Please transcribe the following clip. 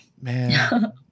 man